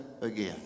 again